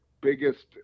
biggest